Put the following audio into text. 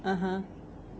(uh huh)